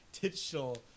digital